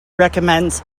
recommends